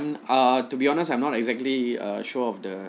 ah to be honest I'm not exactly err sure of the